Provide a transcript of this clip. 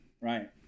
right